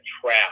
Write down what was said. trap